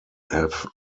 have